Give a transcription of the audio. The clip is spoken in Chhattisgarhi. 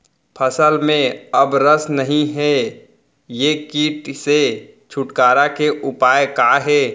फसल में अब रस नही हे ये किट से छुटकारा के उपाय का हे?